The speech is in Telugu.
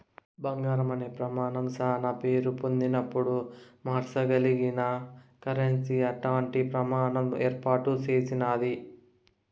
బంగారం అనే ప్రమానం శానా పేరు పొందినపుడు మార్సగలిగిన కరెన్సీ అట్టాంటి ప్రమాణం ఏర్పాటు చేసినాది